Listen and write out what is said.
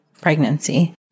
pregnancy